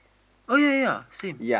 oh ya ya same